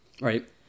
Right